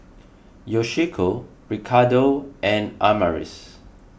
Yoshiko Ricardo and Amaris